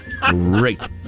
great